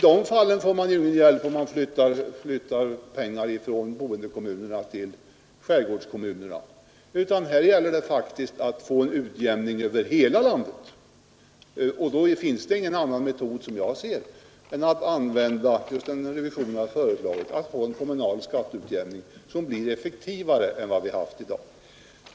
De kommunerna får ingen hjälp om man flyttar pengar från boendekommunerna till skärgårdskommunerna, utan det gäller att få till stånd en utjämning över hela landet. Och då finns det ingen annan metod, som jag ser det, än just den som revisionen har föreslagit i en kommunal skatteutjämning som blir effektivare än den nuvarande.